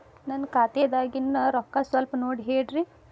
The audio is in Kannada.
ನನ್ನ ಖಾತೆದಾಗಿನ ರೊಕ್ಕ ಸ್ವಲ್ಪ ನೋಡಿ ಹೇಳ್ರಿ